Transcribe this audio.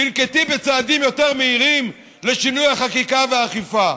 תנקטי צעדים יותר מהירים לשינוי החקיקה והאכיפה.